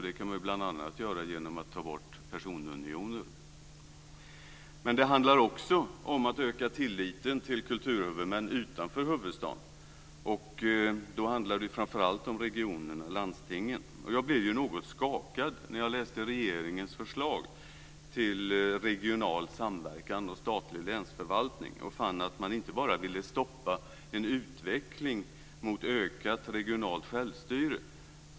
Det kan man bl.a. göra genom att ta bort personunioner. Men det handlar också om att öka tilliten till kulturhuvudmän utanför huvudstaden. Då handlar det framför allt om regionerna, landstingen. Jag blev något skakad när jag läste regeringens förslag om regional samverkan och statlig länsförvaltning och fann att man inte bara ville stoppa en utveckling mot ökat regionalt självstyre.